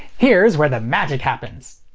here's where the magic happens.